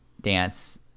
dance